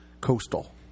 coastal